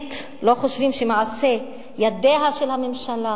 באמת לא חושבים שמעשי ידי הממשלה